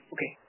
Okay